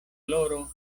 gloro